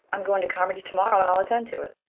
i'm going to carmody tomorrow and i'll attend to it.